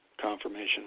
confirmation